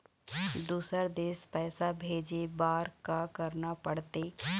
दुसर देश पैसा भेजे बार का करना पड़ते?